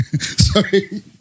sorry